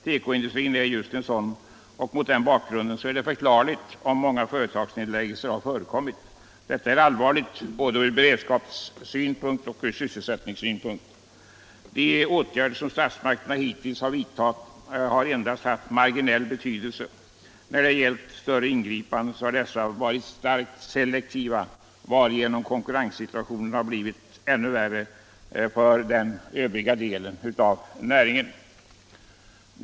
Tekoindustrin är just en sådan, och mot den bakgrunden är det förklarligt om många företagsnedläggelser har förekommit. Detta är allvarligt både ur beredskapssynpunkt och ur sysselsättningssynpunkt. De åtgärder som statsmakterna hitintills vidtagit har endast haft marginell betydelse. När det gällt större ingripanden så har dessa varit starkt selektiva, varigenom konkurrenssituationen har blivit ännu värre för den övriga delen av näringen.